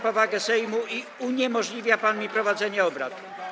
powagę Sejmu i uniemożliwia pan mi prowadzenie obrad.